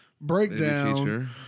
breakdown